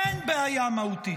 אין בעיה מהותית,